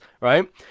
right